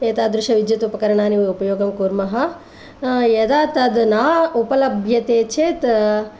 एतादृशानि विद्युत् उपकरणानि उपयोगं कूर्मः यदा तत् ना उपलभ्यते चेत्